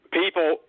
people